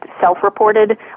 self-reported